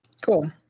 cool